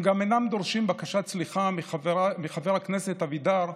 הם גם אינם דורשים בקשת סליחה מחבר הכנסת אבידר,